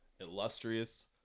illustrious